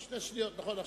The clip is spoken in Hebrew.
שתי השניות הסתיימו,